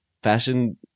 fashion